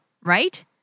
right